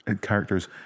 characters